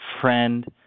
friend